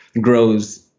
grows